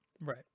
Right